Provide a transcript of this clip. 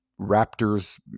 raptors